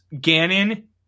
Gannon